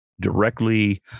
directly